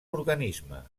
organisme